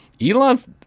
Elon's